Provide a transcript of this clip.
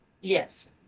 Yes